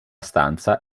stanza